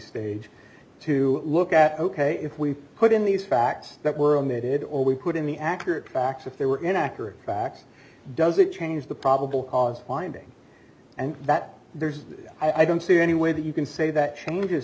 stage to look at ok if we put in these facts that were emitted or we could in the accurate facts if they were inaccurate facts doesn't change the probable cause finding and that there's i don't see any way that you can say that changes